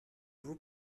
vous